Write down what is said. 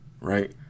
Right